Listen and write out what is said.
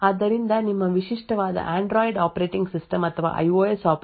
ಆದ್ದರಿಂದ ನಿಮ್ಮ ವಿಶಿಷ್ಟವಾದ ಆಂಡ್ರಾಯ್ಡ್ ಆಪರೇಟಿಂಗ್ ಸಿಸ್ಟಮ್ ಅಥವಾ iOS operating system rich OS ಆಗಿದೆ